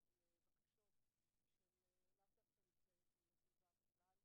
יש פה עוד נקודה שאמרו לי בהתייעצות עם היועצת